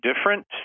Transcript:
different